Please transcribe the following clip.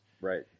Right